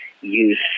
use